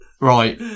Right